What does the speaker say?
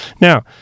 Now